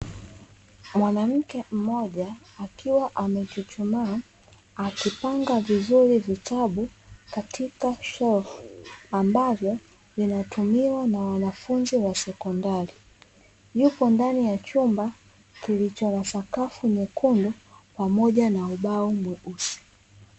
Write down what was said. Mwanamke mmoja akiwa amechuchumaa, akipanga vizuri vitabu katika shelfu ambavyo vinatumiwa na wanafunzi wa sekondari, yupo ndani ya chumba kilicho na sakafu nyekundu pamoja na ubao mweusi.